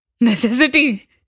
necessity